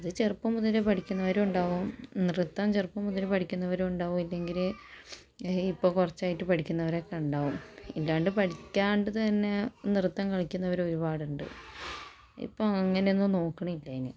അത് ചെറുപ്പം മുതല് പഠിക്കുന്നവരും ഉണ്ടാവും നൃത്തം ചെറുപ്പം മുതല് പഠിക്കുന്നവരും ഉണ്ടാവും ഇല്ലെങ്കില് ഇപ്പോൾ കുറച്ചായിട്ട് പഠിക്കുന്നവരൊക്കെ ഉണ്ടാവും ഇല്ലാണ്ട് പഠിക്കാണ്ട് തന്നെ നൃത്തം കളിക്കുന്നവര് ഒരുപാടുണ്ട് ഇപ്പോൾ അങ്ങനെ ഒന്നും നോക്കണില്ല ഇനി